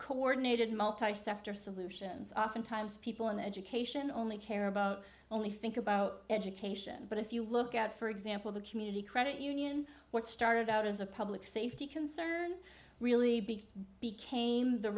coordinated multi sector solutions oftentimes people in education only care about only think about education but if you look at for example the community credit union what started out as a public safety concern really big became the